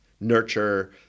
nurture